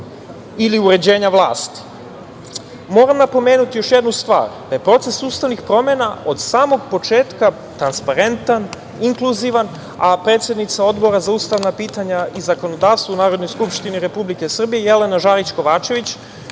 ili uređenja vlasti. Moram napomenuti još jednu stvar, da proces ustavnih promena od samog početka je transparentan, inkluzivan, a predsednica Odbora za ustavna pitanja i zakonodavstvo u Narodnoj skupštini Republike Srbije Jelena Žarić Kovačević,